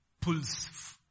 pulls